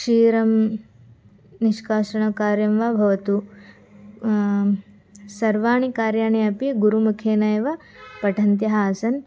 क्षीरं निष्कासनकार्यं वा भवतु सर्वाणि कार्याणि अपि गुरुमुखेन एव पठन्तः आसन्